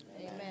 Amen